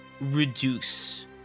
reduce